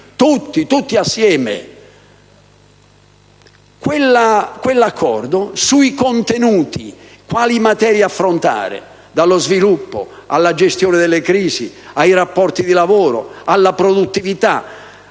tutti insieme. Quell'accordo, sui contenuti e su quali materie affrontare (dallo sviluppo alla gestione delle crisi, ai rapporti di lavoro, alla produttività),